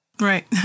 Right